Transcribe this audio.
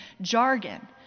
jargon